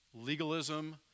legalism